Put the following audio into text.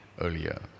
earlier